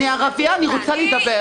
אני ערבייה, אני רוצה לדבר.